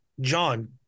John